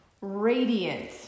Radiant